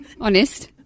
Honest